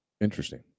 Interesting